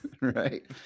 Right